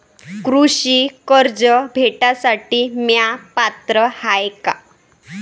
कृषी कर्ज भेटासाठी म्या पात्र हाय का?